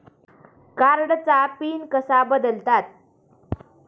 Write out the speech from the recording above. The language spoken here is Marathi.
कार्डचा पिन कसा बदलतात?